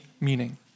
meaning